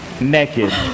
naked